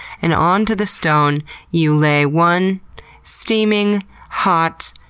and onto the stone you lay one steaming hot,